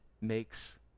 makes